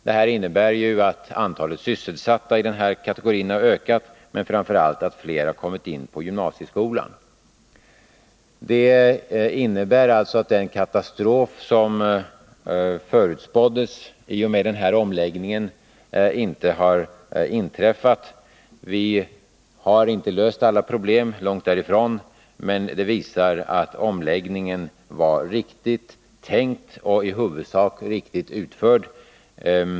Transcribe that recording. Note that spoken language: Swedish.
Det innebär att antalet sysselsatta i den kategori det här gäller har ökat men framför allt att fler har kommit in i gymnasieskolan. Det innebär att den katastrof som förutspåddes i och med den här omläggningen inte har inträffat. Vi har inte löst alla problem — långt därifrån — men siffrorna visar ändå att omläggningen var riktigt tänkt och i huvudsak riktigt utförd.